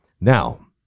Now